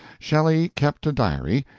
shelley kept a diary,